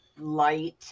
light